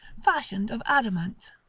fashioned of adamant.